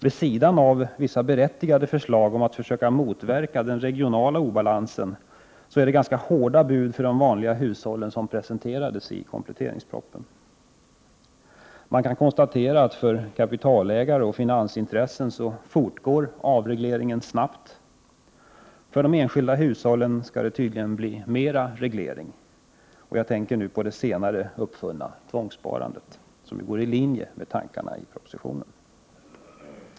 Vid sidan av vissa berättigade förslag om att försöka motverka den regionala obalansen var det ganska hårda bud för de vanliga hushållen som presenterades i kompletteringspropositionen. Man kan konstatera att avregleringen nu fortgår snabbt för kapitalägare och finansintressen. För de enskilda hushållen skall det tydligen bli mer reglering. Jag tänker nu på det senast uppfunna tvångssparandet, som ju går i linje med tankegången i propositionen.